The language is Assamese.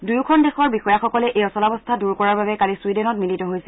দুয়োখন দেশৰ বিষযাসকলে এই অচলাৱস্থা দূৰ কৰাৰ বাবে কালি ছুইডেনত মিলিত হৈছিল